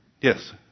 Yes